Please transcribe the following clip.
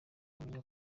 wamenya